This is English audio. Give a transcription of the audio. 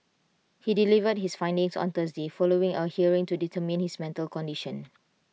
he delivered his findings on Thursday following A hearing to determine his mental condition